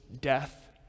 death